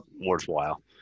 worthwhile